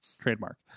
Trademark